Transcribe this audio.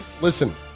listen